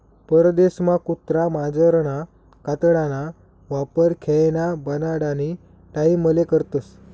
परदेसमा कुत्रा मांजरना कातडाना वापर खेयना बनाडानी टाईमले करतस